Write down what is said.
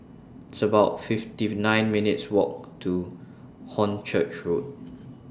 It's about nine minutes' Walk to Hornchurch Road